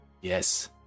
yes